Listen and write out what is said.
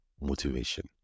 motivation